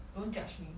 don't judge me